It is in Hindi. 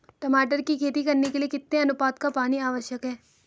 टमाटर की खेती करने के लिए कितने अनुपात का पानी आवश्यक है?